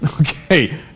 Okay